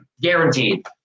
Guaranteed